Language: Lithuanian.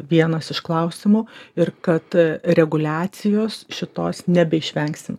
vienas iš klausimų ir kad reguliacijos šitos nebeišvengsim